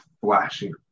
flashing